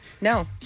No